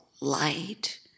light